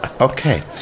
Okay